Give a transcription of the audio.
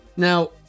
Now